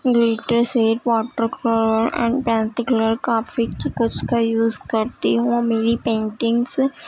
glitter سیپ water colour and colour کافی کچھ کا یوز کرتی ہوں اور میری پینٹنگز